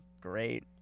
great